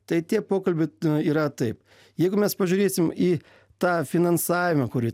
tai tie pokalbiai yra taip jeigu mes pažiūrėsim į tą finansavimą kurį